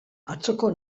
atzoko